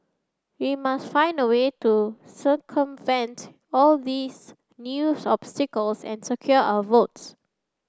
we must find a way to circumvent all these new obstacles and secure our votes